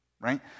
Right